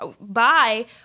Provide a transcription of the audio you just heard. bye